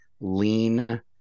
lean